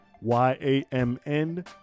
y-a-m-n